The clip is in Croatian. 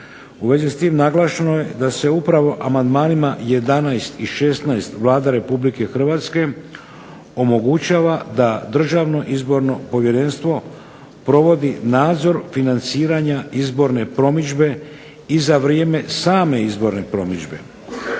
U vezi s tim naglašeno je da se upravo amandmanima 11. i 16. Vlada Republike Hrvatske omogućava da Državno izborno povjerenstvo provodi nadzor financiranja izborne promidžbe i za vrijeme same izborne promidžbe.